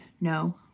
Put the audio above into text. No